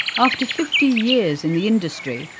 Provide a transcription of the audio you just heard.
after fifty years in the industry,